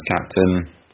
captain